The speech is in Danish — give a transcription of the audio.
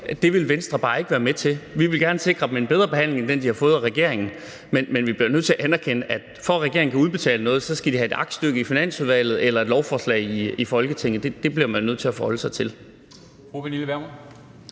Det vil Venstre bare ikke være med til. Vi vil gerne sikre dem en bedre behandling end den, de har fået af regeringen, men vi bliver jo nødt til at anerkende, at for at regeringen kan udbetale noget, skal de have et aktstykke i Finansudvalget eller et lovforslag i Folketinget. Det bliver man nødt til at forholde sig til.